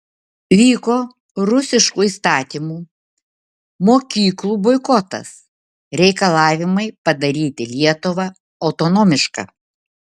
vyko rusiškų įstatymų mokyklų boikotas reikalavimai padaryti lietuvą autonomišką